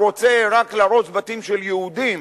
הוא רוצה רק להרוס בתים של יהודים